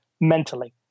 mentally